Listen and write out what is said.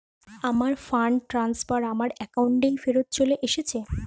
আমার fund transfer আমার অ্যাকাউন্টেই ফেরত চলে এসেছে